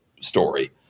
story